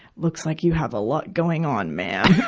looks like you have a lot going on, ma'am.